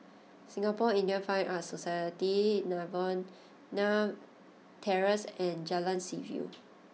Singapore Indian Fine Arts Society Novena Terrace and Jalan Seaview